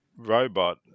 robot